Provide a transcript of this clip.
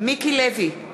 מיקי לוי,